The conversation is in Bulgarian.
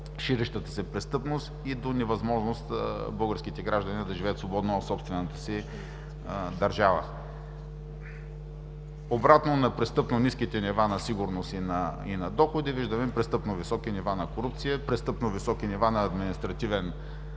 ширещата се престъпност и до невъзможност българските граждани да живеят свободно в собствената си държава. Обратно на престъпно ниските нива на сигурност и на доходи, виждаме престъпно високи нива на корупция, престъпно високи нива на административен